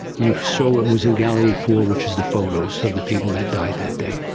you saw what was in gallery four which is the photos, so the people that died that day.